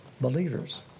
believers